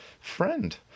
friend